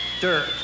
dirt